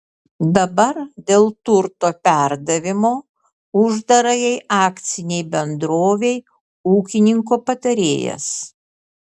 dabar dėl turto perdavimo uždarajai akcinei bendrovei ūkininko patarėjas